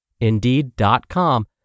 Indeed.com